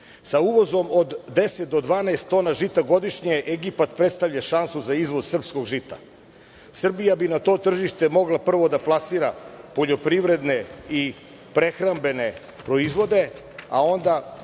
uvozom od 10 do 12 tona žita godišnje Egipat predstavlja šansu za izvoz srpskog žita. Srbija bi na to tržište mogla prvo da plasira poljoprivredne i prehrambene proizvode, a onda